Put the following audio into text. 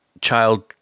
child